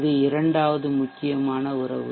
இது இரண்டாவது முக்கியமான உறவு